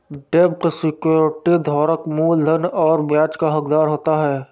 डेब्ट सिक्योरिटी धारक मूलधन और ब्याज का हक़दार होता है